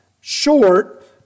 short